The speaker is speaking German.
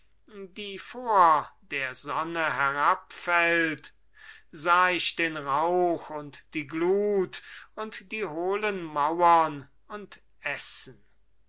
die vor der sonne herabfällt sah ich den rauch und die glut und die hohlen mauern und essen